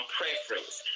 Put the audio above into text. preference